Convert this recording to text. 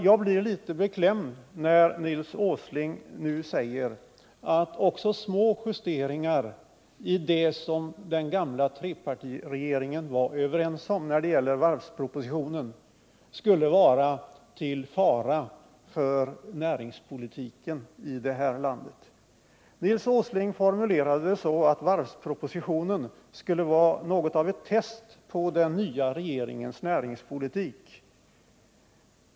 Jag blir litet beklämd, när Nils Åsling nu säger att också små justeringar i det som den gamla trepartiregeringen var överens om när det gäller varvspropositionen skulle vara till fara för näringspolitiken i detta land. Nils Åsling formulerade det så, att varvspropositionen skulle vara något av ett test på den nya regeringens näringspolitik.